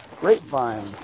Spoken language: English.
grapevine